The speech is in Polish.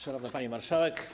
Szanowna Pani Marszałek!